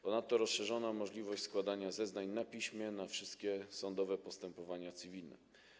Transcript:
Ponadto rozszerzono możliwość składania zeznań na piśmie na wszystkie sądowe postępowania cywilne.